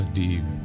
deep